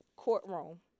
Courtroom